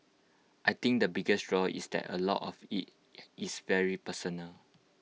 I think the biggest draw is that A lot of IT is very personal